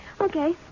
Okay